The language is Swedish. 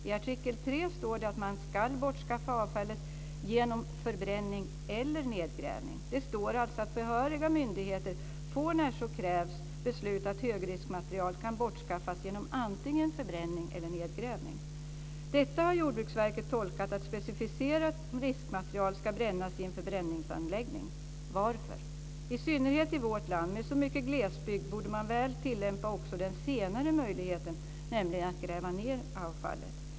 I artikel 3 står det att man skall bortskaffa avfallet genom förbränning eller nedgrävning. Det står alltså att behöriga myndigheter när så krävs får besluta att högriskmaterial kan bortskaffas genom antingen förbränning eller nedgrävning. Detta har Jordbruksverket tolkat som att specificerat riskmaterial ska brännas i en förbränningsanläggning. Varför? I synnerhet i vårt land, med så mycket glesbygd, borde man väl också tillämpa den senare möjligheten, nämligen att gräva ned avfallet.